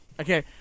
Okay